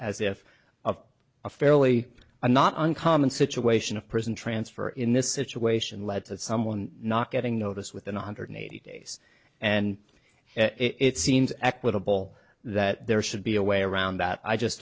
as if of a fairly a not uncommon situation of prison transfer in this situation led to someone not getting notice within one hundred eighty days and it seems equitable that there should be a way around that i just